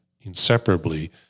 inseparably